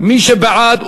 מי שבעד,